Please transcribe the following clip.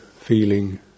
feeling